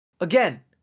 Again